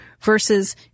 versus